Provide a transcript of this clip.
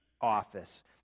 office